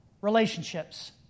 Relationships